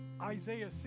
Isaiah